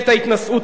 איזה התנשאות.